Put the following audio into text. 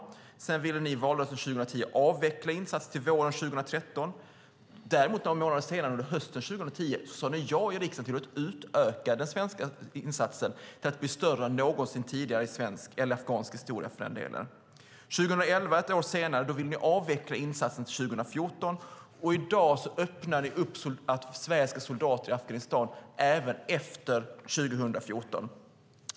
Sedan ville de inför valet 2010 ha en avveckling av insatsen till våren 2013. Några månader senare under hösten 2010 sade de ja i riksdagen till att utöka den svenska insatsen för att bli större än någonsin tidigare i svensk, eller för delen afghansk, historia. Ett år senare, 2011, ville de avveckla insatsen till 2014, och i dag öppnar de upp för att Sverige ska ha soldater i Afghanistan även efter 2014.